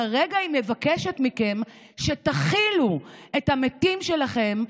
כרגע היא מבקשת מכם שתכילו את המתים שלכם,